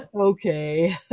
okay